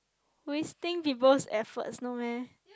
wasting people's efforts no meh